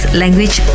language